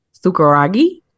Sukaragi